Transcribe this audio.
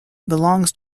belongs